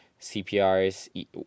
CPRs